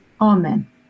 Amen